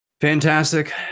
Fantastic